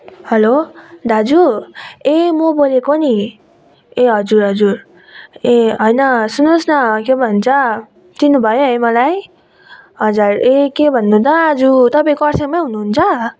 hello दाजु ए म बोलेको नि ए हजुर हजुर ए होइन सुन्नुहोस् न के भन्छ चिन्नुभयो है मलाई हजुर ए के भन्नु त आज तपाईँ कर्सियङमै हुनुहुन्छ